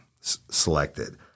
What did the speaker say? selected